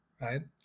right